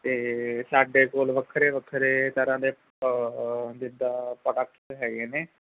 ਅਤੇ ਸਾਡੇ ਕੋਲ ਵੱਖਰੇ ਵੱਖਰੇ ਤਰ੍ਹਾਂ ਦੇ ਜਿੱਦਾਂ ਪ੍ਰੋਡਕਟਸ ਹੈਗੇ ਨੇ